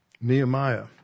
Nehemiah